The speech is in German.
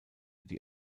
die